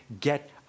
get